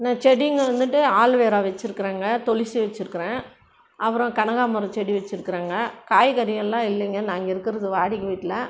நான் செடிக வந்துட்டு ஆளிவேறா வச்சுருக்கறங்க துளசி வச்சுயிருக்குறேன் அப்புறோம் கனகா மரம் செடி வச்சுயிருக்கறங்க காய்கறி எல்லாம் இல்லைங்க நாங்கள் இருக்கிறது வாடகை வீட்டில்